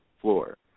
floor